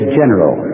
general